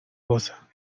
goza